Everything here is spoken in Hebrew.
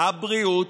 הבריאות,